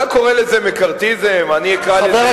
אתה קורא לזה מקארתיזם, אני אקרא לזה,